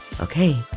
Okay